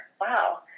Wow